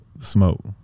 smoke